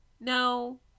no